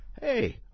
hey